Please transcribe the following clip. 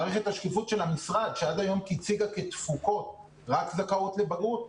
מערכת השקיפות של המשרד שעד היום הציגה רק זכאות לבגרות,